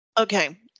Okay